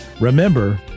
remember